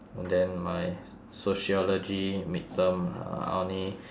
and then my sociology midterm uh I only